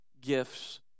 gifts